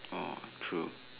true